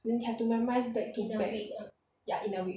then you have to memorise back to back eh ya in a week